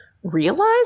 realize